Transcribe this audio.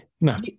No